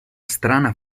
strana